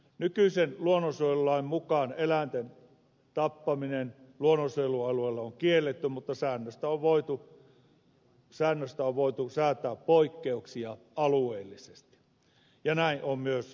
nykyisen luonnonsuojelulain mukaan eläinten tappaminen luonnonsuojelualueella on kielletty mutta säännöstä on voitu säätää poikkeuksia alueellisesti ja näin on myös menetelty